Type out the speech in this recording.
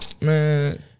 Man